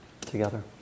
together